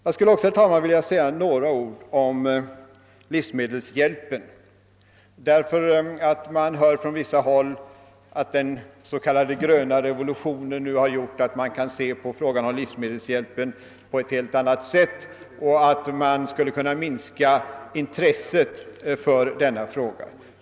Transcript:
Jag skulle också, herr talman, vilja säga några ord om livsmedelshjälpen, därför att man från vissa håll hör att den s.k. gröna revolutionen nu har gjort att man kan se på frågan om livsmedelshjälpen på ett helt annat sätt än förr och att man skulle kunna minska intresset för denna hjälp.